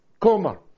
Comer